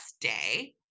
day